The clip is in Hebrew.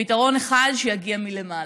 פתרון אחד שיגיע מלמעלה.